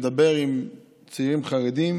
מדבר עם צעירים חרדים,